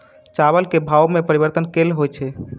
चावल केँ भाव मे परिवर्तन केल होइ छै?